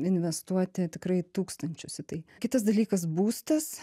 investuoti tikrai tūkstančius į tai kitas dalykas būstas